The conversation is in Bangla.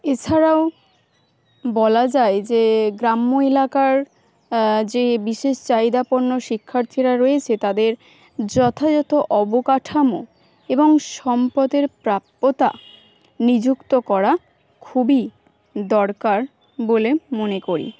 এছাড়াও বলা যায় যে গ্রাম্য এলাকার যে বিশেষ চাহিদাপূর্ণ শিক্ষার্থীরা রয়েছে তাদের যথাযথ অবকাঠামো এবং সম্পদের প্রাপ্যতা নিযুক্ত করা খুবই দরকার বলে মনে করি